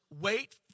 wait